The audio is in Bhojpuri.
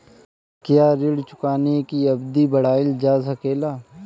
क्या ऋण चुकाने की अवधि बढ़ाईल जा सकेला?